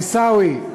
עיסאווי,